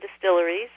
distilleries